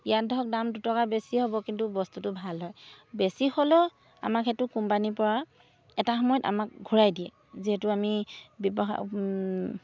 ইয়াত ধৰক দাম দুটকা বেছি হ'ব কিন্তু বস্তুটো ভাল হয় বেছি হ'লেও আমাক সেইটো কোম্পানীৰপৰা এটা সময়ত আমাক ঘূৰাই দিয়ে যিহেতু আমি ব্যৱসায়